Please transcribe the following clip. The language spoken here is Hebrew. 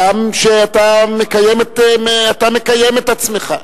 ואתה אדם שאתה מקיים את עצמך.